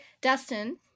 Dustin